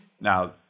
Now